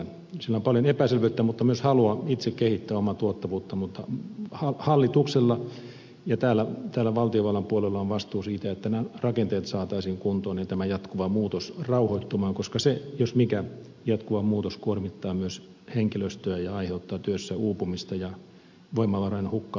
siinä on paljon epäselvyyttä mutta myös halua itse kehittää omaa tuottavuutta mutta hallituksella ja täällä valtiovallan puolella on vastuu siitä että rakenteet saataisiin kuntoon ja tämä jatkuva muutos rauhoittumaan koska se jos mikä jatkuva muutos kuormittaa myös henkilöstöä ja aiheuttaa työssä uupumista ja voimavarojen hukkaantumista